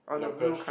local